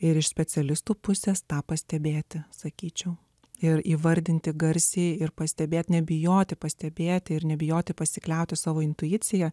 ir iš specialistų pusės tą pastebėti sakyčiau ir įvardinti garsiai ir pastebėti nebijoti pastebėti ir nebijoti pasikliauti savo intuicija